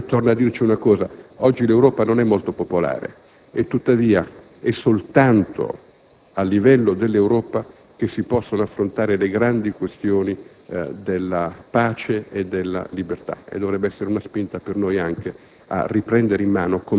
i problemi sollevati. Oggi l'Europa non è molto popolare e tuttavia è soltanto a livello dell'Europa che si possono affrontare le grandi questioni della pace e della libertà. Dovrebbe essere una spinta per noi a